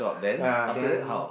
ya then